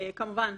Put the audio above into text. כמובן,